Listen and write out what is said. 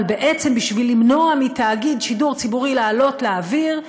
אבל בעצם בשביל למנוע מתאגיד שידור ציבורי לעלות לאוויר,